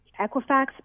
Equifax